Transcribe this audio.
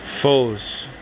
Foes